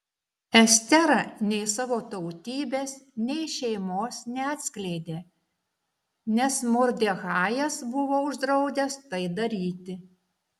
estera nei savo tautybės nei šeimos neatskleidė nes mordechajas buvo uždraudęs tai daryti